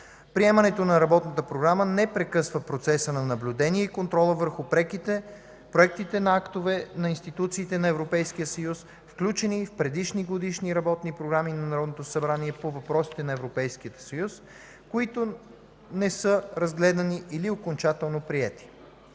приемането на новата работна програма не прекъсва процеса на наблюдение и контрола върху проектите на актове на институциите на Европейския съюз, включени в предишни годишни работни програми на Народното събрание по въпросите на ЕС, които не са разгледани или окончателно приети;